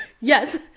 Yes